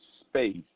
space